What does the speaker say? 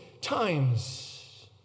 times